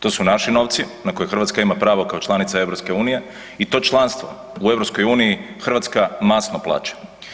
To su naši novci, na koje Hrvatska ima pravo kao članica EU i to članstvo u EU Hrvatska masno plaća.